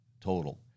total